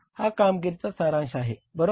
हा कामगिरीचा सारांश आहे बरोबर